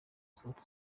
sauti